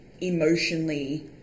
emotionally